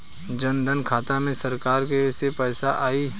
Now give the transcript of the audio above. जनधन खाता मे सरकार से पैसा आई?